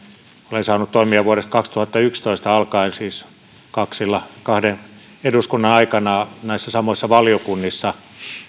olen saanut toimia vuodesta kaksituhattayksitoista alkaen siis kahden eduskunnan aikana näissä samoissa valiokunnissa